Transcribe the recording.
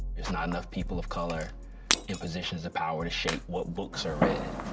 there's not enough people of color in positions of power to shape what books are read.